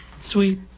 Sweet